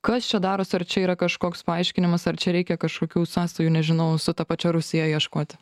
kas čia daros ar čia yra kažkoks paaiškinimas ar čia reikia kažkokių sąsajų nežinau su ta pačia rusija ieškoti